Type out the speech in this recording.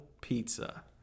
pizza